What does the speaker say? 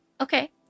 okay